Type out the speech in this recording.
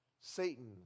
Satan